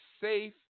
safe